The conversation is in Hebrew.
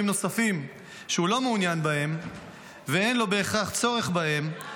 נוספים שהוא לא מעוניין בהם ואין לו בהכרח צורך בהם,